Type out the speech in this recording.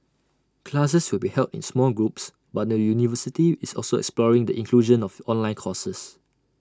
classes will be held in small groups but the university is also exploring the inclusion of online courses